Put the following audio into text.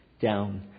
down